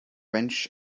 wrench